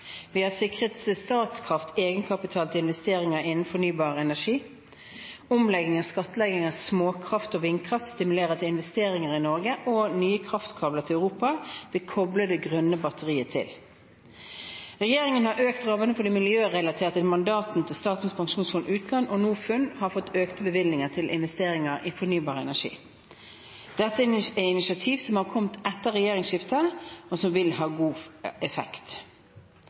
Vi har sikret Statkraft egenkapital til investeringer innen fornybar energi. Omlegging av skattleggingen av småkraft og vindkraft stimulerer til investeringer i Norge, og nye kraftkabler til Europa vil koble det grønne batteriet til. Regjeringen har økt kravene til det miljørelaterte mandatet til Statens pensjonsfond utland, og Norfund har fått økte bevilgninger til investering i fornybar energi. Dette er initiativ som er kommet etter regjeringsskiftet, og som vil ha god effekt.